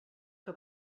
que